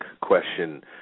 question